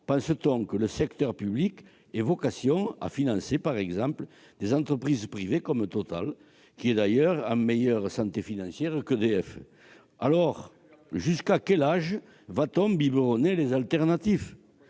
Pense-t-on vraiment que le secteur public a vocation à financer, par exemple, des entreprises privées comme Total, qui est d'ailleurs en meilleure santé financière qu'EDF ? Jusqu'à quel âge va-t-on biberonner les fournisseurs